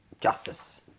justice